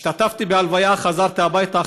השתתפתי בהלוויה, חזרתי הביתה.